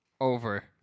over